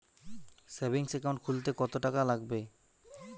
Savings account খুলতে কতটাকা লাগবে?